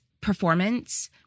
performance